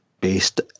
based